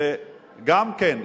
שגם כן,